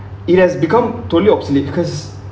it has become totally obsolete because